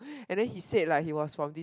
and then he said like he was from this